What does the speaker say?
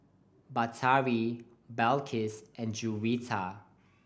Batari Balqis and Juwita